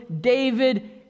David